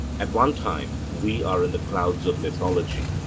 at one time we are in the clouds of mythology,